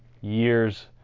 years